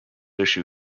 issue